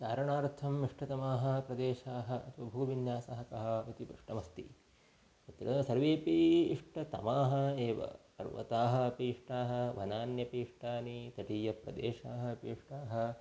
चारणार्थम् इष्टतमाः प्रदेशाः अथवा भूविन्यासः कः इति पृष्टमस्ति तत्र सर्वेऽपि इष्टतमाः एव पर्वताः अपि इष्टानि वनान्यपि इष्टानि तटीयप्रदेशाः अपि इष्टाः